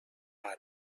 mar